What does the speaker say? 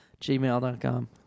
gmail.com